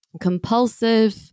compulsive